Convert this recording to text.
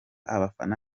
abafana